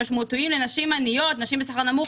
משמעותיים לנשים עניות ולנשים בשכר נמוך.